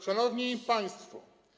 Szanowni Państwo!